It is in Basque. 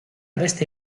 beste